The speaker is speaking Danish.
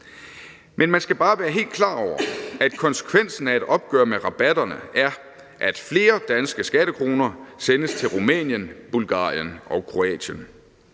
Men man skal bare være helt klar over, at konsekvensen af et opgør med rabatterne er, at flere danske skattekroner sendes til Rumænien, Bulgarien og Kroatien.